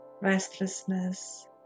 restlessness